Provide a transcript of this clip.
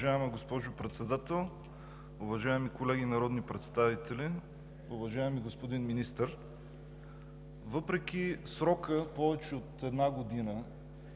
Уважаема госпожо Председател, уважаеми колеги народни представители! Уважаеми господин Министър, въпреки срока – повече от една година,